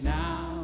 now